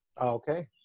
Okay